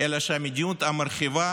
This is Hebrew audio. אלא שהמדיניות המרחיבה